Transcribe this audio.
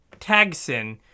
Tagsin